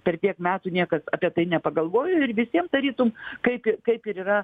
per tiek metų niekas apie tai nepagalvojo ir visiem tarytum kaip ir kaip ir yra